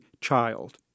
child